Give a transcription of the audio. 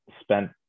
spent